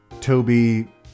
toby